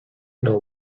know